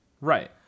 right